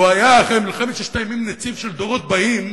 לו היה אחרי מלחמת ששת הבאים נציב של הדורות הבאים,